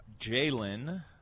Jalen